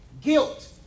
guilt